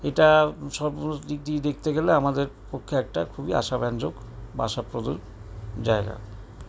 এটা সর্বদিক দিয়ে দেখতে গেলে আমাদের পক্ষে একটা খুবই আশাব্যঞ্জক বা আশাপ্রতুল জায়গা